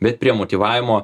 bet prie motyvavimo